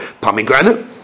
pomegranate